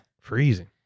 Freezing